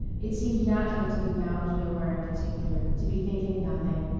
it seemed natural to be bound nowhere in particular, to be thinking nothing.